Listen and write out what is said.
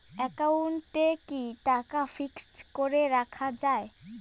একাউন্টে কি টাকা ফিক্সড করে রাখা যায়?